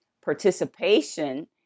participation